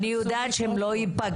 עצמו.